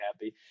happy